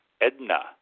Edna